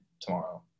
tomorrow